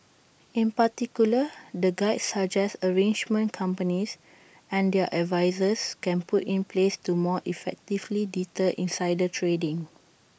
in particular the guide suggests arrangements companies and their advisers can put in place to more effectively deter insider trading